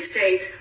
States